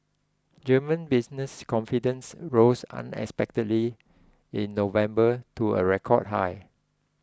German business confidence rose unexpectedly in November to a record high